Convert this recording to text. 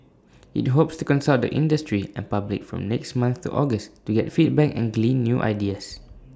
IT hopes to consult the industry and public from next month to August to get feedback and glean new ideas